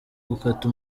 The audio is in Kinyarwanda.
gukata